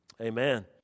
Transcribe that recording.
amen